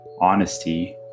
honesty